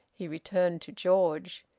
he returned to george.